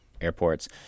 airports